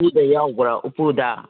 ꯎꯄꯨꯗ ꯌꯥꯎꯕ꯭ꯔꯥ ꯎꯄꯨꯗ